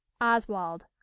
oswald